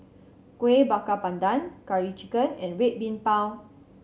Kueh Bakar Pandan Curry Chicken and Red Bean Bao